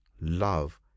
love